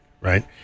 right